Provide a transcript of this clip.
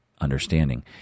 understanding